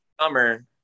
Summer